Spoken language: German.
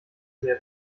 sehr